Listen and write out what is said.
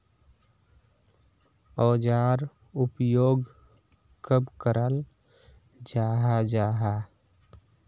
औजार उपयोग कब कराल जाहा जाहा?